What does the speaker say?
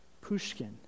Pushkin